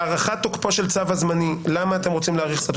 זה לא